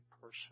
person